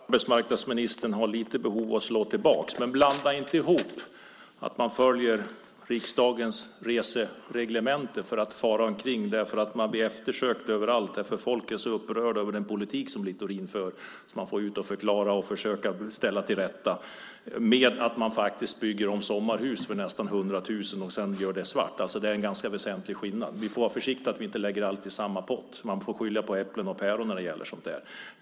Herr talman! Jag förstår att arbetsmarknadsministern har lite behov att slå tillbaka. Men blanda inte ihop dem som följer riksdagens resereglemente när de far omkring - därför att de blir eftersökta överallt på grund av att folk är så upprörda över den politik som Littorin för så de får åka ut och förklara och försöka ställa till rätta - med den som faktiskt bygger om sommarhus för nästan 100 000 och gör det svart. Det är en ganska väsentlig skillnad. Vi får vara försiktiga så att vi inte lägger allt i samma pott. Man får skilja mellan äpplen och päron när det gäller sådant.